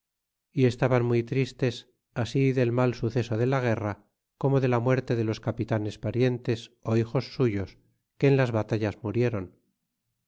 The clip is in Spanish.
y estaban muy tristes ast del mal suceso de la guerra como de la muerte de los capitanes parientes ó hijos suyos que en las batallas muriéron